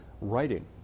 writing